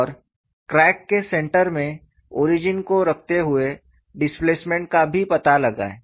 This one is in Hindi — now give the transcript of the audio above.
और क्रैक के सेंटर में ओरिजिन को रखते हुए डिस्प्लेसमेंट का भी पता लगाएं